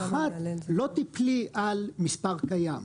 לא תיפלי על מספר קיים.